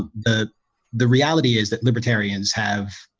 the the reality is that libertarians have ah,